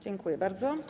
Dziękuję bardzo.